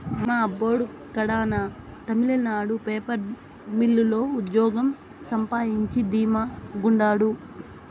మా అబ్బోడు కడాన తమిళనాడు పేపర్ మిల్లు లో ఉజ్జోగం సంపాయించి ధీమా గుండారు